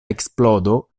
eksplodo